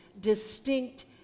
distinct